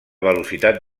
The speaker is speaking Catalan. velocitat